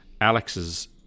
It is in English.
Alex's